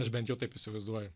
aš bent jau taip įsivaizduoju